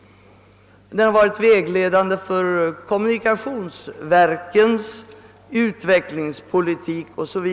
De har även varit vägledande för kommunikationsverkens utvecklingspolitik o. s. v.